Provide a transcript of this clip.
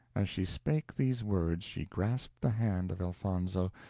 as she spake these words she grasped the hand of elfonzo,